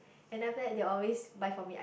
and after that they always buy for me